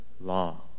law